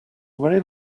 very